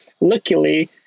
Luckily